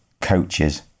coaches